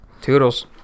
toodles